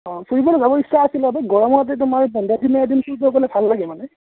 অ ফুৰিবলৈ যাব ইচ্ছা আছিলে এই গৰমতে তোমাৰ ঠাণ্ডাদিনৰ ভাল লাগে মানে